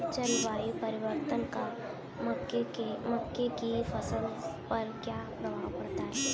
जलवायु परिवर्तन का मक्के की फसल पर क्या प्रभाव होगा?